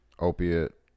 opiate